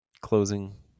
closing